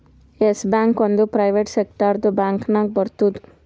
S Bank ಒಂದ್ private ಸೆಕ್ಟರ್ದು bank ನಾಗ್ ಬರ್ತುದ್